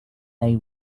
they